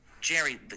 jerry